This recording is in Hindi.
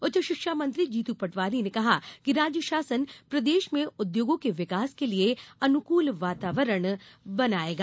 उच्च शिक्षा मंत्री जीतू पटवारी ने कहा कि राज्य शासन प्रदेश में उद्योगों के विकास के लिये अनुकूल वातावरण बनायेगा